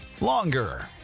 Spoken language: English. longer